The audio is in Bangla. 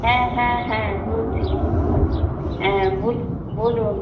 হ্যাঁ হ্যাঁ হ্যাঁ বলছি হ্যাঁ বলুন